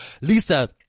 Lisa